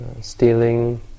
stealing